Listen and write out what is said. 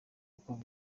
uko